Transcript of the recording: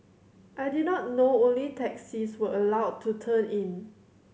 I did not know only taxis were allowed to turn in